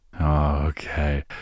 Okay